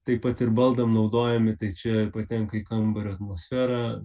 taip pat ir baldam naudojami tai čia patenka į kambario atmosferą